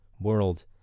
world